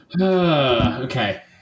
okay